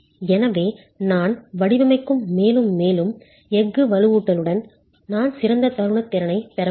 எனவே நான் வடிவமைக்கும் மேலும் மேலும் எஃகு வலுவூட்டலுடன் நான் சிறந்த தருணத் திறனைப் பெற முடியும்